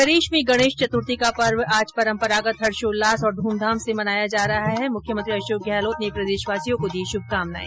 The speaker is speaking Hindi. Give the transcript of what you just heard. प्रदेश में गणेश चतुर्थी का पर्व आज परम्परागत हर्षोल्लास और ध्रमधाम से मनाया जा रहा है मुख्यमंत्री अशोक गहलोत ने प्रदेशवासियों को दी श्रभकामनाएं